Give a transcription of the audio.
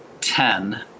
ten